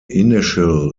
initial